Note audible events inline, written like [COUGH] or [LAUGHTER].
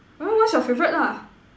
[NOISE] what is your favorite lah